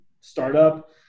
startup